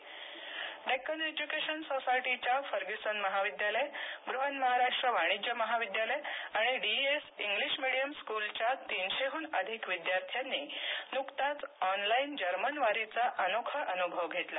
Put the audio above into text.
student exchange Deccan education सोसायटीच्या Fergusson महाविद्यालय बृहन महाराष्ट्र वाणिज्य महाविद्यालय आणि डीईएस इंग्लिश मीडियम स्कूलच्या तीनशेहून अधिक विद्यार्थ्यांनी नुकताच ऑनलाईन जर्मनवारीचा अनोखा अनुभव घेतला